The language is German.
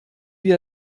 wir